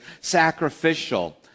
sacrificial